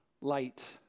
light